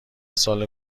سال